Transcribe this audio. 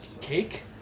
Cake